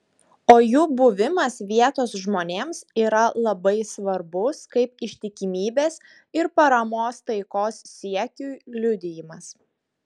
o jų buvimas vietos žmonėms yra labai svarbus kaip ištikimybės ir paramos taikos siekiui liudijimas